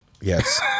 yes